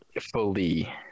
fully